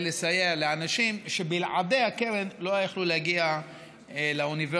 לסייע לאנשים שבלעדי הקרן לא יכלו להגיע לאוניברסיטה.